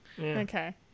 Okay